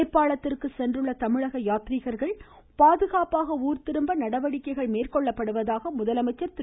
நேபாளத்திற்கு சென்றுள்ள தமிழக யாத்ரீகர்கள் பாதுகாப்பாக உளர் திரும்ப நடவடிக்கைகள் மேற்கொள்ளப்படுவதாக முதலமைச்சர் திரு